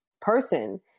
person